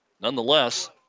Nonetheless